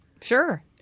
Sure